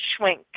schwink